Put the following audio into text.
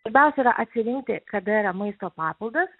svarbiausia yra atsirinkti kada yra maisto papildas